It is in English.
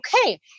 okay